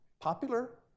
popular